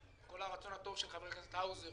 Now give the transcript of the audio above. עם כל הרצון הטוב של חבר הכנסת האוזר,